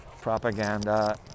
propaganda